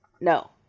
No